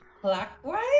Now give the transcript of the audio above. clockwise